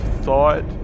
thought